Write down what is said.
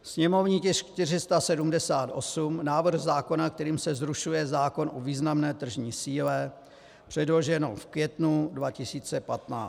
Sněmovní tisk 478, návrh zákona, kterým se zrušuje zákon o významné tržní síle předloženo v květnu 2015.